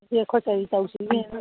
ꯑꯗꯨꯗꯤ ꯑꯩꯈꯣꯏ ꯀꯔꯤ ꯇꯧꯁꯤꯒꯦꯅ